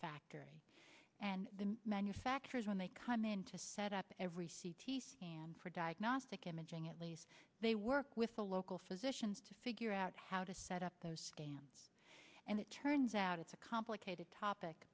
factory and the manufacturers when they come in to set up every c t scan for diagnostic imaging at least they work with the local physicians to figure out how to set up those dams and it turns out it's a complicated topic